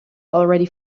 already